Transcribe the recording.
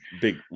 big